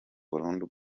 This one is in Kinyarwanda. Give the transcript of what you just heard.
burundu